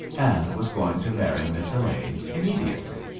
and was going to marry miss elaine immediately.